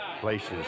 places